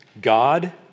God